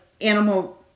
animal